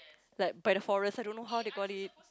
like by the forest I don't know how they got it